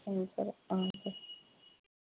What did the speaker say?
సరే సరే